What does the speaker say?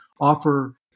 offer